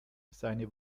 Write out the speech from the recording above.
seine